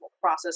process